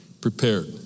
prepared